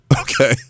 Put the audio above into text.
Okay